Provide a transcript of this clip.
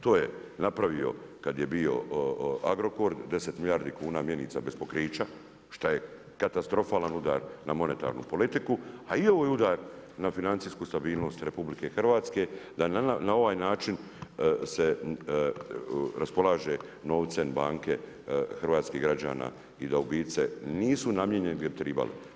To je napravio kad je bio Agrokor 10 milijardi kuna mjenica bez pokrića šta je katastrofalan udar na monetarnu politiku, a i ovo je udar na financijsku stabilnost RH, da na ovaj način se raspolaže novcem banke hrvatskih građana i da u biti nisu namijenjene gdje bi trebalo.